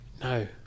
no